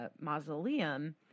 mausoleum